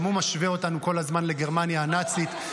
גם הוא משווה אותנו כל הזמן לגרמניה הנאצית.